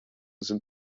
sind